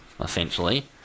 essentially